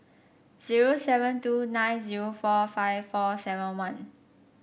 zero seven two nine zero four five four seven one